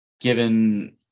given